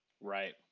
Right